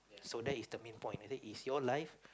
so that is the main point I say it's your life